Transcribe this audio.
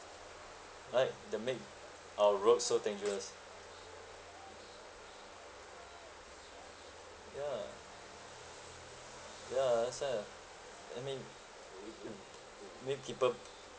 right they make our road so dangerous ya ya that's why ah I mean make people